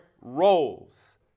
Roles